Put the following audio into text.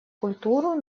культуру